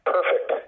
Perfect